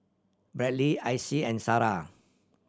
Bradly Icy and Sarrah